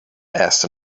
asked